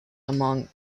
among